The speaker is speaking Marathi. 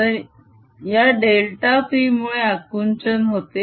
तर या डेल्टा p मुळे आकुंचन होते